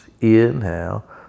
Inhale